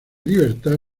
libertad